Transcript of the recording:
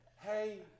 hey